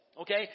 Okay